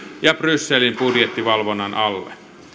ja brysselin budjettivalvonnan alle